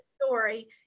story